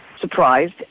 surprised